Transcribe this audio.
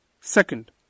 Second